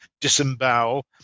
disembowel